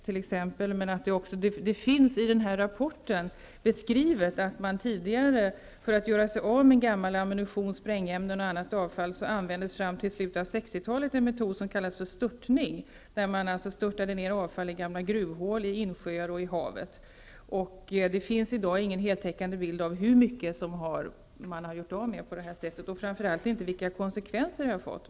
För att göra sig av med gammal ammunition, sprängämnen och annat avfall använde man fram till slutet av 1960 talet -- det finns beskrivet i den här rapporten -- en metod som kallades för störtning: Man störtade ned avfall i gamla gruvhål, i insjöar och i havet. Det finns i dag ingen heltäckande bild av hur mycket som man har gjort av med på det sättet och framför allt inte av vilka konsekvenser det har fått.